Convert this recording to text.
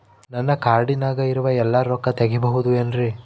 ನನ್ನ ಕಾರ್ಡಿನಾಗ ಇರುವ ಎಲ್ಲಾ ರೊಕ್ಕ ತೆಗೆಯಬಹುದು ಏನ್ರಿ?